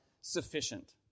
sufficient